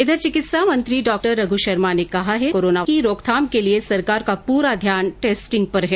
इधर चिकित्सा मंत्री डॉ रघु शर्मा ने कहा है कि कोरोना की रोकथाम के लिए सरकार का पूरा ध्यान टेस्टिंग पर है